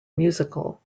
musical